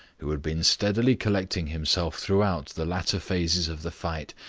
who had been steadily collecting himself throughout the latter phases of the fight,